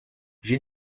j’ai